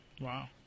Wow